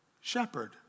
shepherd